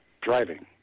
driving